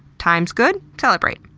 times good? celebrate.